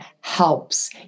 helps